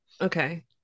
okay